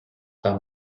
там